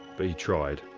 but he tried.